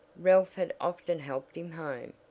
ralph had often helped him home,